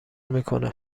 میکنه